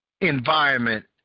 environment